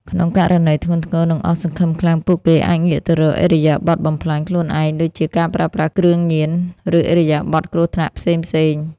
ក្នុងករណីធ្ងន់ធ្ងរ និងអស់សង្ឃឹមខ្លាំង ពួកគេអាចងាកទៅរកឥរិយាបថបំផ្លាញខ្លួនឯងដូចជា ការប្រើប្រាស់គ្រឿងញៀន ឬឥរិយាបថគ្រោះថ្នាក់ផ្សេងទៀត។